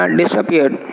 disappeared